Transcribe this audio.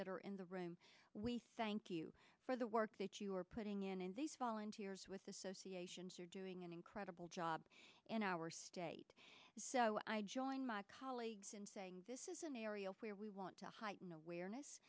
that are in the room we thank you for the work that you are putting in and these volunteers with associations are doing an incredible job in our state so i join my colleagues in saying this is an area where we want to heighten awareness